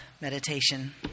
meditation